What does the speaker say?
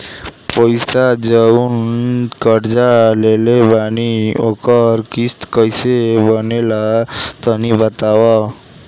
पैसा जऊन कर्जा लेले बानी ओकर किश्त कइसे बनेला तनी बताव?